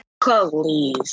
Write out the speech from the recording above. please